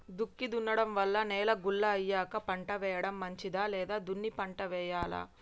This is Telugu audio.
దుక్కి దున్నడం వల్ల నేల గుల్ల అయ్యాక పంట వేయడం మంచిదా లేదా దున్ని పంట వెయ్యాలా?